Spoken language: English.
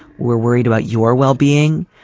we're worried about your well-being.